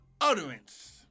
utterance